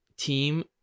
Team